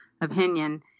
opinion